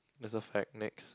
is a fight next